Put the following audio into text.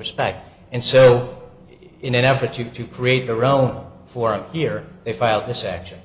respect and so in an effort to to create their own forum here they filed this action